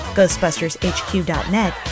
GhostbustersHQ.net